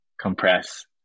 compress